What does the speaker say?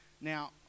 Now